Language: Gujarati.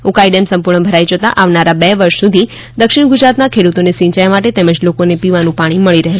ઉકાઇ ડેમ સંપૂર્ણ ભરાઇ જતા આવનારા બે વર્ષ સુધી દક્ષિણ ગુજરાતના ખેડૂતોને સિંચાઇ માટે તેમજ લોકોને પીવાનું પાણી મળી રહેશે